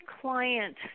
client